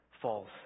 false